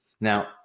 Now